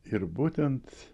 ir būtent